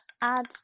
Add